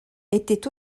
était